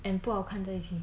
um 不好看这一 thing